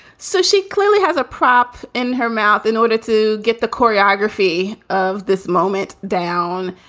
so she clearly has a prop in her mouth in order to get the choreography of this moment down.